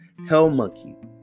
Hellmonkey